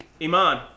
Iman